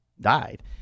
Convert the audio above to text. died